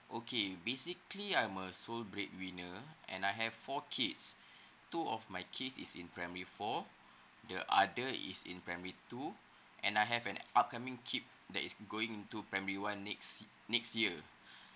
okay basically I'm a sole breadwinner and I have four kids two of my kids is in primary four the other is in primary two and I have an upcoming kid that is going to primary one next next year